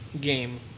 game